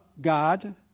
God